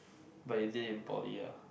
but you did it in poly ah